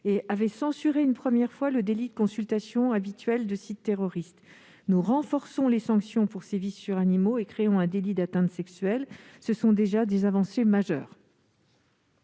et avait censuré une première fois le délit de consultation habituelle de sites terroristes. Nous renforçons les sanctions pour sévices sur animaux et créons un délit d'atteinte sexuelle. Ce sont déjà des avancées majeures.